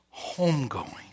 homegoing